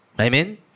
Amen